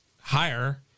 higher